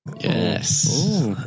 yes